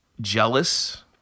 jealous